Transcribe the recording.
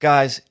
Guys